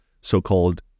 so-called